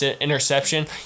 interception